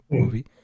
movie